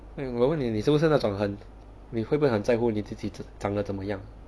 eh 我问你你是不是那种很你会不会很在乎你自己长长得怎么样